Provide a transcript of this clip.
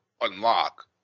unlock